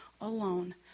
alone